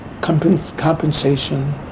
compensation